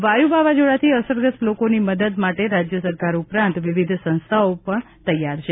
વાયુ વાવાઝોડાથી અસરગ્રસ્ત લોકોની મદદ માટે રાજ્ય સરકાર ઉપરાંત વિવિધ સંસ્થાઓ પણ તૈયાર છે